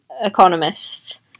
economists